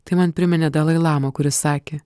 tai man priminė dalai lamą kuris sakė